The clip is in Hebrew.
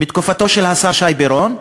בתקופתו של השר שי פירון,